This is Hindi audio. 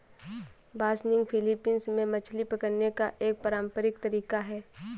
बासनिग फिलीपींस में मछली पकड़ने का एक पारंपरिक तरीका है